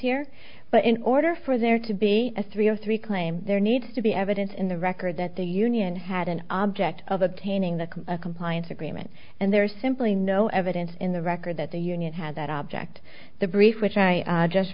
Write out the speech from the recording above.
here but in order for there to be a three o three claim there needs to be evidence in the record that the union had an object of obtaining the compliance agreement and there's simply no evidence in the record that the union had that object the brief which i just